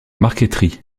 marqueterie